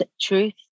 truth